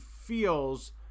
feels